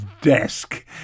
desk